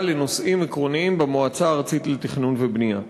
לנושאים עקרוניים במועצה הארצית לתכנון ובנייה.